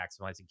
maximizing